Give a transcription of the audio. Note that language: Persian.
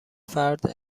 فرد